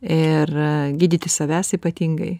ir gydyti savęs ypatingai